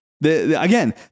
again